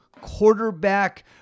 quarterback